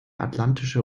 atlantische